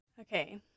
okay